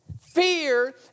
Fear